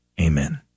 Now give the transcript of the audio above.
Amen